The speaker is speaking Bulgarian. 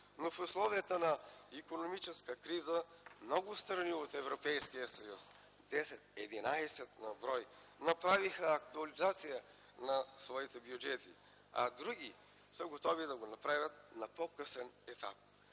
но в условията на икономическа криза много страни от Европейския съюз, 10-11 на брой, направиха актуализация на своите бюджети, а други са готови да я направят на по-късен етап.